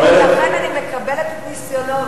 לכן אני מקבלת את ניסיונו,